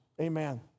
Amen